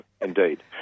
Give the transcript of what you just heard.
indeed